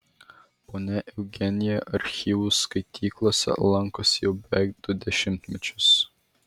ponia eugenija archyvų skaityklose lankosi jau beveik du dešimtmečius